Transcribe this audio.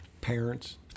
Parents